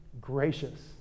gracious